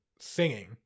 singing